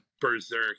berserk